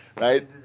right